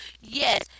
Yes